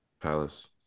Palace